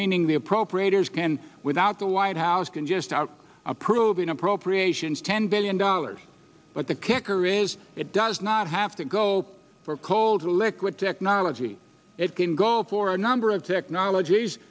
meaning the operators can without the white house can just are approving appropriations ten billion dollars but the kicker is it does not have to go for coal to liquid technology it can go for a number of technologies